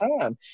time